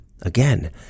Again